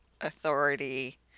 authority